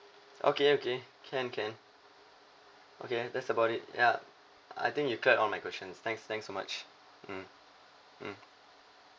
okay okay can can okay that's about it yup I think you cleared all my questions thanks thanks so much mm mm